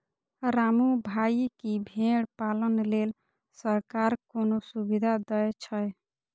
रामू भाइ, की भेड़ पालन लेल सरकार कोनो सुविधा दै छै?